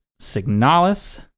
Signalis